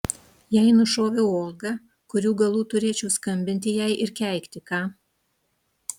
jei nušoviau olgą kurių galų turėčiau skambinti jai ir keikti ką